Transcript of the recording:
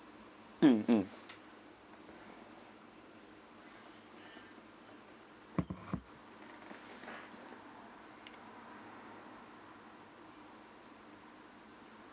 mm mm